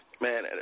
Man